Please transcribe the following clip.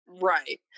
Right